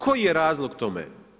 Koji je razlog tome?